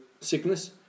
sickness